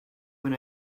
when